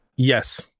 Yes